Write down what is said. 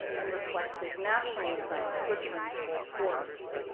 and reflexive nationalism returned full force.